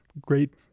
great